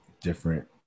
different –